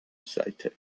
seite